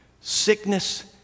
sickness